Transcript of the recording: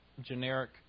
generic